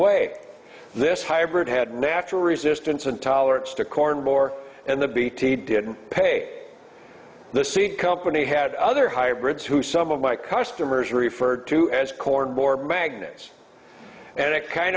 way this hybrid had natural resistance and tolerance to corn more and the bt didn't pay the seed company had other hybrids who some of my customers referred to as corn magnets and it kind